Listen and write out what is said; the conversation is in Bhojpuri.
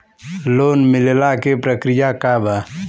लोन मिलेला के प्रक्रिया का बा?